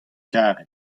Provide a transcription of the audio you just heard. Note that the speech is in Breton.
karet